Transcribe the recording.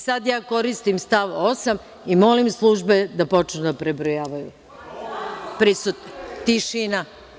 Sada ja koristim stav 8. i molim službe da počnu da prebrojavaju prisutne.